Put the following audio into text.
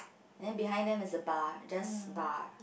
then behind them is a bar just bar